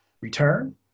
return